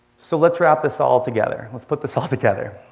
so, let's wrap this all together. let's put this all together.